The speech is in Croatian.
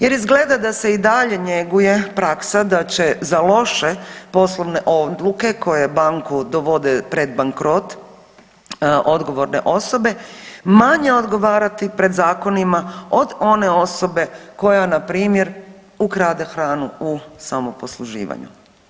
Jer izgleda da se i dalje njeguje praksa da će za loše poslovne odluke koje banku dovode pred bankrot, odgovorne osobe manje odgovarati pred zakonima od one osobe koja na primjer ukrade hranu u samoposluživanju.